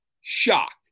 shocked